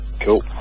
Cool